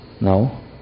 No